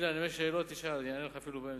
אילן, אם יש שאלות תשאל, אני אענה לך אפילו באמצע.